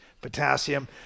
potassium